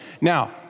Now